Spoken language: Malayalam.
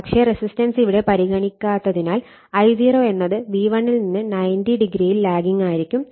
പക്ഷെ റെസിസ്റ്റൻസ് ഇവിടെ പരിഗണിക്കാത്തതിനാൽ I0 എന്നത് V1 ൽ നിന്ന് 90o ൽ ലാഗിങ്ങായിരിക്കും